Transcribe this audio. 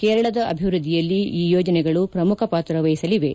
ಕೇರಳದ ಅಭಿವೃದ್ಲಿಯಲ್ಲಿ ಈ ಯೋಜನೆಗಳು ಪ್ರಮುಖ ಪಾತ್ರ ವಹಿಸಲಿವೆ